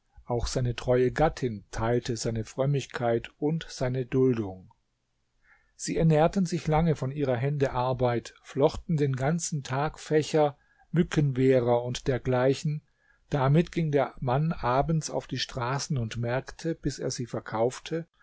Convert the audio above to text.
auch seine treue gattin teilte seine frömmigkeit und seine duldung sie ernährten sich lange von ihrer hände arbeit flochten den ganzen tag fächer mückenwehrer und dergleichen damit ging der mann abends auf die straßen und märkte bis er sie verkaufte